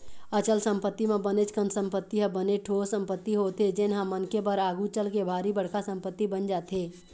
अचल संपत्ति म बनेच कन संपत्ति ह बने ठोस संपत्ति होथे जेनहा मनखे बर आघु चलके भारी बड़का संपत्ति बन जाथे